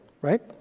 right